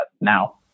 now